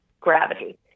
gravity